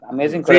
Amazing